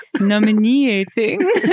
nominating